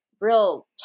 real